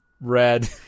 red